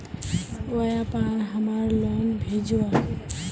व्यापार हमार लोन भेजुआ?